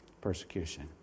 persecution